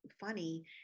funny